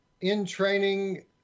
in-training